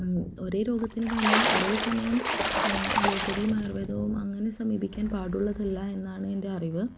ഒരേ രോഗത്തിന് തന്നെ ഒരേ സമയം അലോപ്പതിയും ആയുർവേദവും അങ്ങനെ സമീപിക്കാൻ പാടുള്ളതല്ല എന്നാണെൻ്റെ അറിവ്